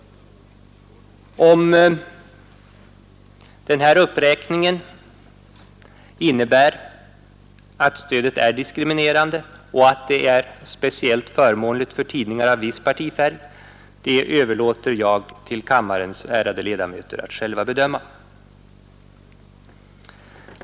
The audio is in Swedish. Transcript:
Om denna uppräkning utvisar att stödet är diskriminerande och att det är speciellt förmånligt för tidningar av viss partifärg överlåter jag till kammarens ärade ledamöter att själva bedöma.